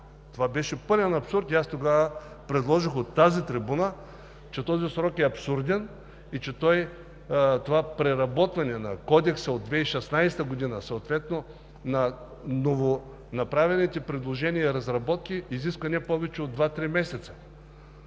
Това беше пълен абсурд и аз тогава от тази трибуна казах, че този срок е абсурден и, че това преработване на Кодекса от 2016 г., съответно на новонаправените предложения и разработки, изисква не повече от два-три месеца.